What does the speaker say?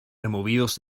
removidos